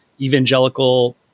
Evangelical